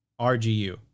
RGU